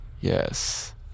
Yes